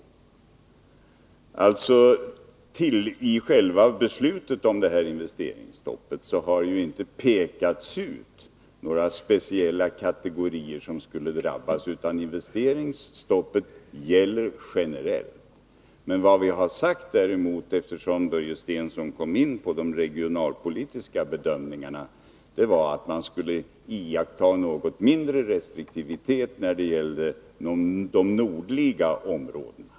I själva beslutet om det här investeringsstoppet har inte några speciella kategorier som skulle drabbas pekats ut, utan investeringsstoppet gäller generellt. Vad vi däremot har sagt, eftersom Börje Stensson kom in på de regionalpolitiska bedömningarna, är att man skulle iaktta något mindre restriktivitet när det gällde de nordliga områdena.